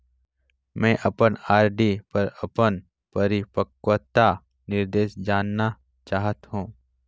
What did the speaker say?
मैं अपन आर.डी पर अपन परिपक्वता निर्देश जानना चाहत हों